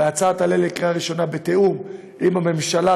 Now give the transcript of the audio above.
וההצעה תעלה לקריאה ראשונה בתיאום עם הממשלה,